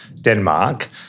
Denmark